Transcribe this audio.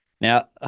Now